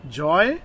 joy